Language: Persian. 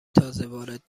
تازهوارد